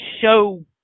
show